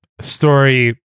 story